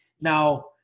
Now